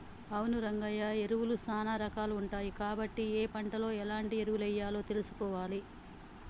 అవును రంగయ్య ఎరువులు సానా రాకాలు ఉంటాయి కాబట్టి ఏ పంటలో ఎలాంటి ఎరువులెయ్యాలో తెలుసుకోవాలి